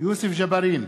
יוסף ג'בארין,